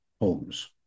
homes